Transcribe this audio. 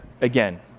again